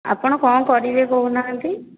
ଆପଣ କ'ଣ କରିବେ କହୁନାହାନ୍ତି